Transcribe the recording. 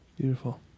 Beautiful